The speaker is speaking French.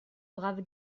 brave